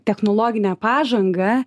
technologinę pažangą